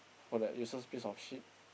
for that useless piece of shit